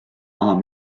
maha